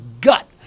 gut